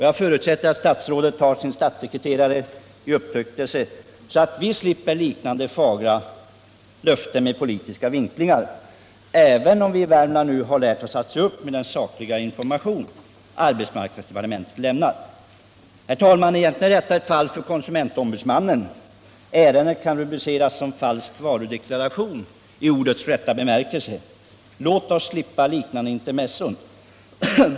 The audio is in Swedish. Jag förutsätter att statsrådet tar sin statssekreterare i upptuktelse så att vi slipper liknande fagra löften med politiska vinklingar, även om vi i Värmland nu har lärt oss att se upp med den sakliga information som arbetsmarknadsdepartementet lämnar. Herr talman! Egentligen är detta ett fall för konsumentombudsmannen, eftersom det kan rubriceras som falsk varudeklaration i ordets rätta bemärkelse. Låt oss i fortsättningen slippa liknande intermezzon!